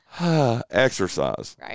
exercise